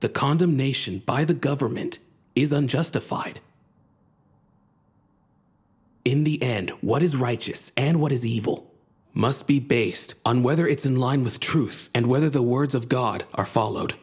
the condemnation by the government is unjustified in the end what is right and what is evil must be based on whether it's in line with the truth and whether the words of god are followed